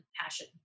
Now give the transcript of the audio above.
passion